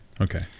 Okay